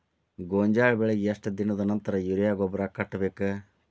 ಗೋಂಜಾಳ ಬೆಳೆಗೆ ಎಷ್ಟ್ ದಿನದ ನಂತರ ಯೂರಿಯಾ ಗೊಬ್ಬರ ಕಟ್ಟಬೇಕ?